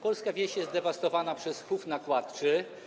Polska wieś jest dewastowana przez chów nakładczy.